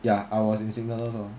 ya I was in signallers lor